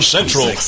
Central